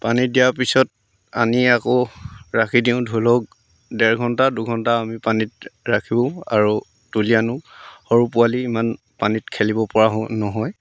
পানীত দিয়াৰ পিছত আনি আকৌ ৰাখি দিওঁ ধৰি লওক ডেৰ ঘণ্টা দুঘণ্টা আমি পানীত ৰাখোঁ আৰু তুলি আনোঁ সৰু পোৱালি ইমান পানীত খেলিবপৰা নহয়